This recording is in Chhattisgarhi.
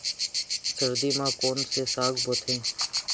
सर्दी मा कोन से साग बोथे?